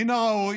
מן הראוי